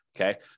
Okay